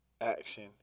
action